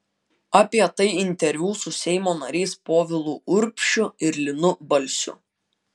apie tai interviu su seimo nariais povilu urbšiu ir linu balsiu